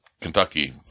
Kentucky